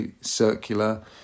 circular